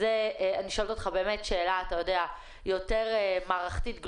אני שואלת אותך שאלה יותר מערכתית גלובלית.